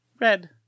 red